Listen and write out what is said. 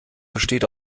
besteht